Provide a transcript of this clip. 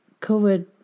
COVID